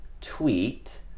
tweet